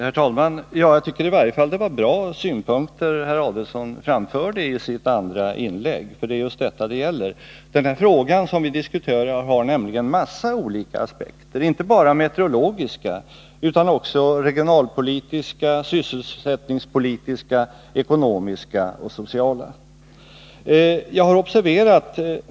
Herr talman! Jag tycker i varje fall att det var bra synpunkter herr Adelsohn framförde i sitt andra inlägg, för det är just detta det gäller. Den fråga vi diskuterar har nämligen en mängd olika aspekter, inte bara meteorologiska utan också regionalpolitiska, sysselsättningspolitiska, ekonomiska och sociala.